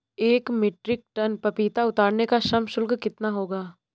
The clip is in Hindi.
एक मीट्रिक टन पपीता उतारने का श्रम शुल्क कितना होगा?